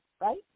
right